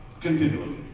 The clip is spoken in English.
continually